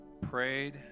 prayed